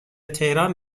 تهران